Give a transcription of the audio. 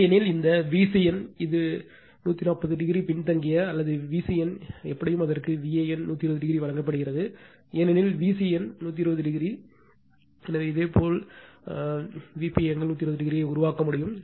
இல்லையெனில் இந்த Vcn இது பின்தங்கிய 240o அல்லது Vcn எப்படியும் அதற்கு Van 120o வழங்கப்படுகிறது ஏனெனில் Vcn 120o 120o எனவே இதேபோல் இது இதேபோல் ஆங்கிள் 120o ஐ உருவாக்க முடியும்